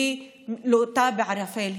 הן לוטות בערפל,